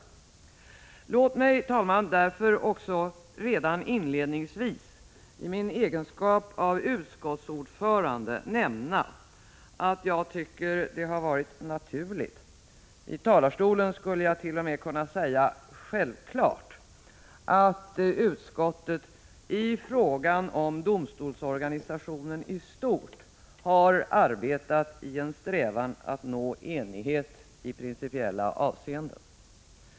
Låt mig därför också redan inledningsvis, i min egenskap av utskottsordförande, nämna att jag tycker att det har varit naturligt, i talarstolen skulle jag t.o.m. kunna säga självklart, att utskottet i fråga om domstolsorganisationen i stort har arbetat i en strävan att nå enighet i principiella avseenden.